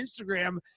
Instagram